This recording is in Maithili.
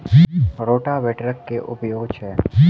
रोटावेटरक केँ उपयोग छैक?